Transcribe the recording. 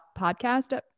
podcast